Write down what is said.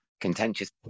contentious